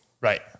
right